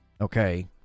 okay